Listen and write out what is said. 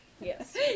Yes